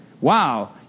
wow